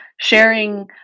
sharing